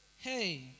Hey